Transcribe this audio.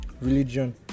religion